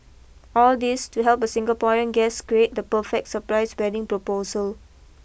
all this to help a Singaporean guest create the perfect surprise wedding proposal